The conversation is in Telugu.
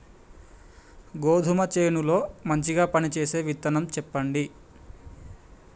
గోధుమ చేను లో మంచిగా పనిచేసే విత్తనం చెప్పండి?